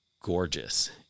gorgeous